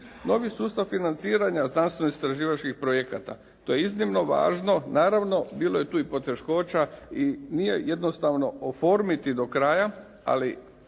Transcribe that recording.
Novi sustav financiranja znanstveno-istraživačkih projekata to je iznimno važno. Naravno, bilo je tu i poteškoća i nije jednostavno oformiti do kraja ali